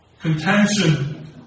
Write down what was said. Contention